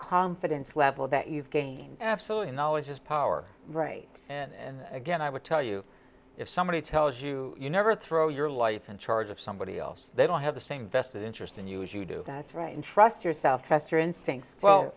confidence level that you've gained absolutely knowledge is power right and again i would tell you if somebody tells you you never throw your life in charge of somebody else they don't have the same vested interest in you as you do that's right and trust yourself test your instincts well